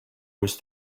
was